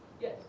Yes